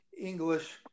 English